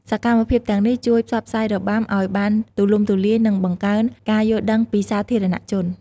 សកម្មភាពទាំងនេះជួយផ្សព្វផ្សាយរបាំឱ្យបានទូលំទូលាយ និងបង្កើនការយល់ដឹងពីសាធារណជន។